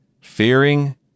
Fearing